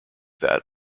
that